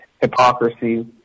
hypocrisy